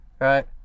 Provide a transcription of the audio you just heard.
right